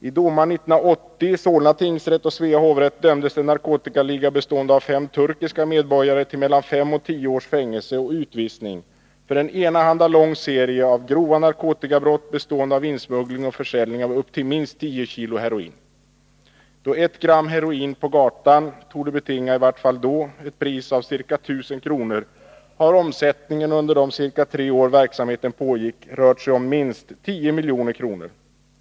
I domar 1980 i Solna tingsrätt och Svea hovrätt dömdes en narkotikaliga bestående av fem turkiska medborgare till mellan fem och tio års fängelse och utvisning för en enahanda, lång serie av grova narkotikabrott, bestående av insmuggling och försäljning av upp till minst 10 kg heroin. Då 1 gram heroin på gatan, i vart fall då, torde ha betingat ett pris av ca 1000 kr., har omsättningen under de ca tre år verksamheten pågick rört sig om minst 10 milj.kr.